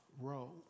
row